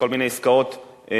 יש כל מיני עסקאות הפוכות.